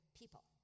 people